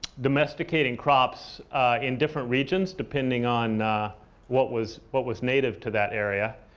domesticating crops in different regions depending on what was what was native to that area.